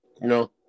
No